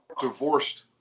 divorced